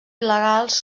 il·legals